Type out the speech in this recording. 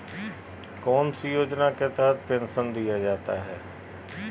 कौन सी योजना के तहत पेंसन दिया जाता है?